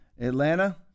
Atlanta